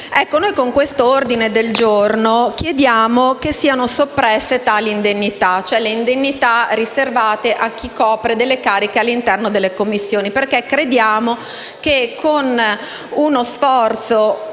Con questo ordine del giorno chiediamo che siano soppresse le indennità riservate a chi ricopre delle cariche all'interno delle Commissioni, perché crediamo che, con uno sforzo